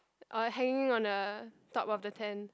uh hanging on the top of the tent